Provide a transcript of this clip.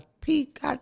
peak